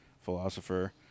philosopher